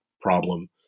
problem